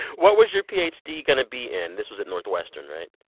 what was your ph d. going to be in? this was at northwestern, right?